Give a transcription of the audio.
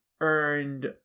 earned